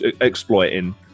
exploiting